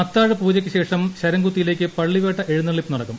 അത്താഴപൂജക്ക് ശേഷം ശരംകുത്തിയിലേക്ക് പള്ളിവേട്ട എഴുന്നെള്ളിപ്പ് നടക്കും